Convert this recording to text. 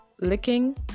licking